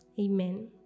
Amen